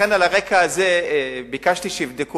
לכן, על הרקע הזה ביקשתי שיבדקו.